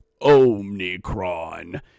Omnicron